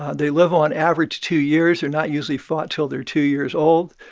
they live, on average, two years. they're not usually fought until they're two years old.